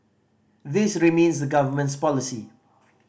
this remains the Government's policy